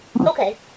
Okay